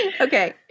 Okay